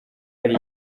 hari